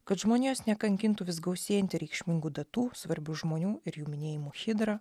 kad žmonijos nekankintų vis gausėjanti reikšmingų datų svarbių žmonių ir jų minėjimų chidra